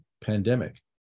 pandemic